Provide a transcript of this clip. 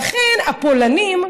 לכן הפולנים,